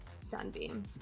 sunbeam